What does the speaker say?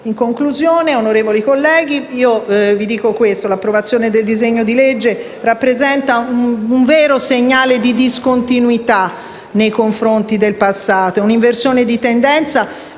In conclusione, onorevoli colleghi, l'approvazione del disegno di legge rappresenta un vero segnale di discontinuità nei confronti del passato. È una inversione di tendenza